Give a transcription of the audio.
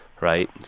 Right